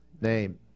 name